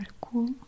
cool